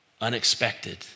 unexpected